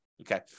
Okay